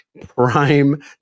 prime